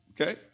Okay